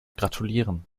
gratulieren